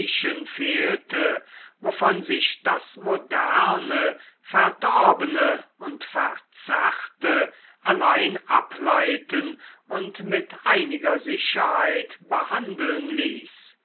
fehlte wovon sich das moderne verdorbene und verzerrte allein ableiten und mit einiger sicherheit behandeln ließ